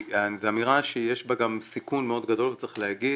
זו אמירה שיש בה גם סיכון מאוד גדול וצריך להגיד,